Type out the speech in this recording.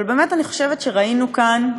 אבל באמת אני חושבת שראינו כאן,